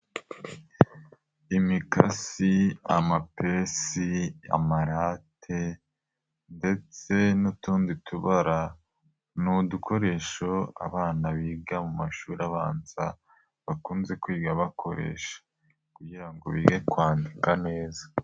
Imikasi, amapesi, amarate ndetse n'utundi tubara, n'udukoresho abana biga mu mashuri abanza bakunze kwiga bakoresha kugira ngo bige kwandika neza.